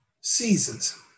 Seasons